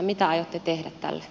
mitä aiotte tehdä tälle